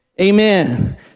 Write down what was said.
Amen